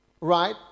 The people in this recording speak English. right